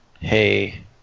hey